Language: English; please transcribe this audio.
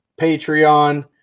patreon